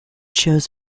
shows